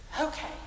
okay